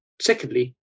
secondly